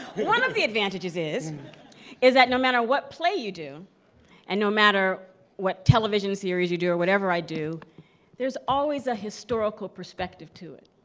one of the advantages is is that no matter what play you do and no matter what television series you do or whatever i do there's always a historical perspective to it,